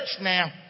now